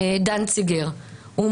דנציגר: